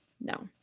no